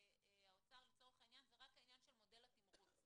האוצר זה רק העניין של מודל התימרוץ,